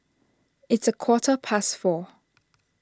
its a quarter past four